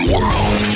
World